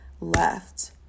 left